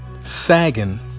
sagging